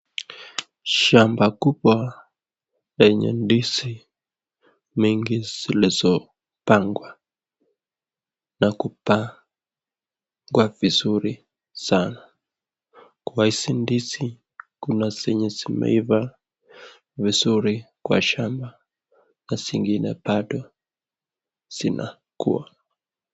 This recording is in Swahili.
Shamba kubwa yenye ndizi mingi zilizopandwa na kupandwa vizuri sana. Kwa hizi ndizi kuna zenye zimeiva vizuri kwa shamba na zingine bado zinakuwa.